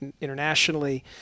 internationally